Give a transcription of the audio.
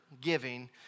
giving